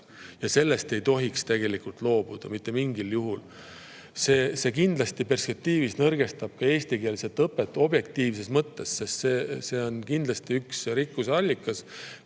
Sellest ei tohiks mitte mingil juhul loobuda. See kindlasti perspektiivis nõrgestab eestikeelset õpet objektiivses mõttes, sest see on kindlasti üks rikkuse allikas,